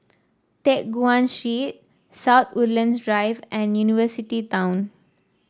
Teck Guan South Woodlands Drive and University Town